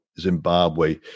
zimbabwe